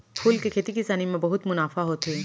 फूल के खेती किसानी म बहुत मुनाफा होथे